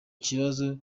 kibazo